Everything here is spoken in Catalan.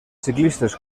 ciclistes